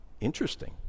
Interesting